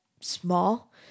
small